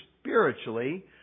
spiritually